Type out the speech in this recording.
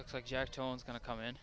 that's like jack jones going to come in